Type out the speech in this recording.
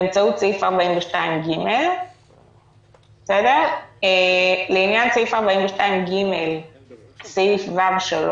באמצעות סעיף 42ג". לעניין סעיף 42ג בסעיף ו(3),